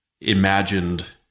imagined